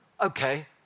Okay